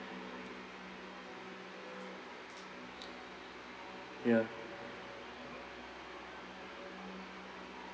ya